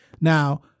Now